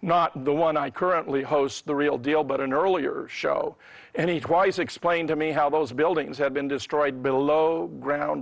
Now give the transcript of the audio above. not the one i currently host the real deal but an earlier show and he twice explained to me how those buildings had been destroyed below ground